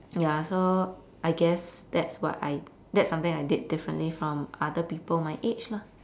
ya so I guess that's what I that's something I did differently from other people my age lah